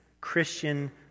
Christian